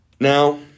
Now